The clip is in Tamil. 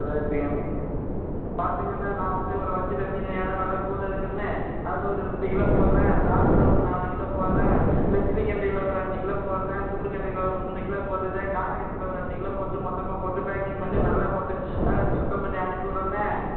ரைட்டுங்கண்ணே பாத்துக்கங்கண்ணே நான் வந்து ஒரு வஞ்சிர மீனு ஏன்னா வெல கூட இருக்குன்னு அதுல ஒரு ரெண்டு கிலோ போட்றேன் விறால்ல ஒரு நாலு கிலோ போட்றேன் நெத்திலிக் கெண்டையில ஒரு அஞ்சு கிலோ போட்றேன் துள்ளுக் கெண்டையில ஒரு மூணு கிலோ போடுறேன் கானாங்கெழுத்தில ஒரு அஞ்சு கிலோ போட்டு மொத்தமா போட்டு பேக்கிங் பண்ணி நல்லா போட்டு சுத்தம் பண்ணி அனுப்பி விட்றண்ணே